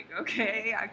okay